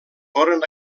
foren